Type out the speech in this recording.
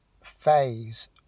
phase